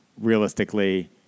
realistically